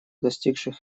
достигших